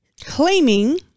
claiming